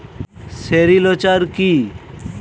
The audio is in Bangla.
সেরিলচার কি?